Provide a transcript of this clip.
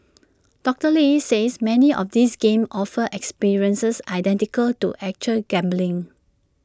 doctor lee says many of these games offer experiences identical to actual gambling